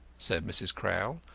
said mrs. crowl,